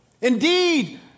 Indeed